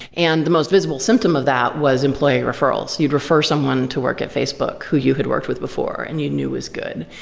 and the most visible symptom of that was employee referrals. you'd refer someone to work at facebook who you had worked with before and you knew was good,